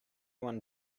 one